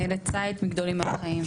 צייט, מעמותת ׳גדולים מהחיים׳.